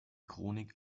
chronik